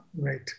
Right